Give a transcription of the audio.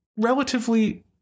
relatively